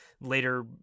later